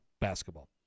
basketball